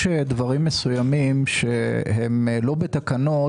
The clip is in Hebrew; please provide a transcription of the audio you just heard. יש דברים מסוימים שהם לא בתקנות